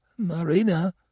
Marina